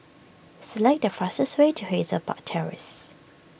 select the fastest way to Hazel Park Terrace